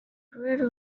puerto